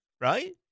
right